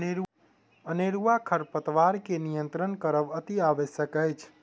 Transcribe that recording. अनेरूआ खरपात के नियंत्रण करब अतिआवश्यक अछि